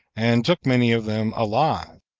and took many of them alive.